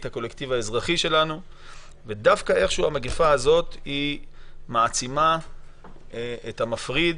את הקולקטיב האזרחי; ודווקא איכשהו המגפה הזאת מעצימה את המפריד,